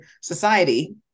society